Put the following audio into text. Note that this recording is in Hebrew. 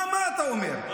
מה אתה אומר?